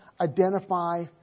identify